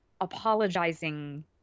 apologizing